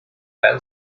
having